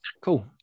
Cool